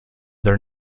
their